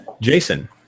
Jason